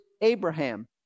Abraham